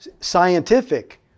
scientific